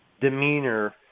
demeanor –